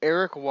Eric